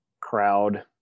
crowd